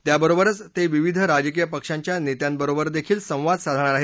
त्याबरोबरच ते विविध राजकीय पक्षांच्या नेत्यांबरोबर देखील संवाद साधणार आहेत